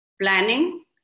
Planning